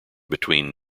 between